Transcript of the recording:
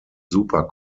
super